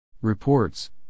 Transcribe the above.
Reports